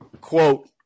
quote